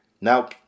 Now